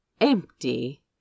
empty